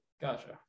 Gotcha